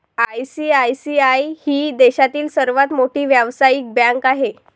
ICICI ही देशातील सर्वात मोठी व्यावसायिक बँक आहे